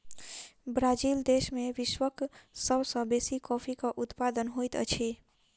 Brazil देश में विश्वक सब सॅ बेसी कॉफ़ीक उत्पादन होइत अछि